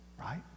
right